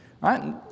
right